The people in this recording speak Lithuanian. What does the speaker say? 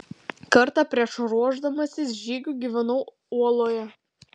kartą prieš ruošdamasis žygiui gyvenau uoloje